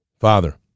Father